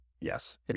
Yes